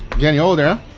getting older ah?